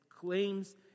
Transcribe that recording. claims